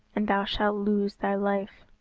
and thou shalt lose thy life.